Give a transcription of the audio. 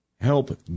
help